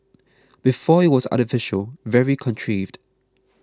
before it was artificial very contrived